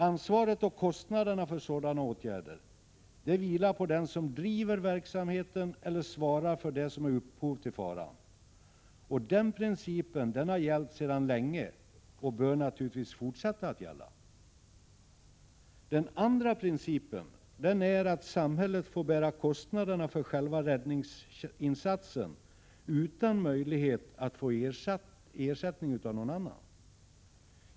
Ansvaret och kostnaderna för sådana åtgärder vilar på den som driver verksamheten eller svarar för det som är upphov till faran. Den principen har gällt sedan länge och bör naturligtvis fortsätta att gälla. Den andra principen är att samhället får bära kostnaderna för själva räddningsinsatsen utan möjlighet att få ersättning av någon annan.